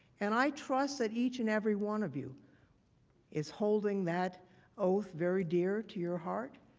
and i trust that each and every one of you is holding that oath very dear to your heart.